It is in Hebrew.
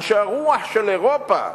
אנשי הרוח של אירופה,